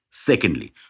Secondly